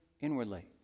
inwardly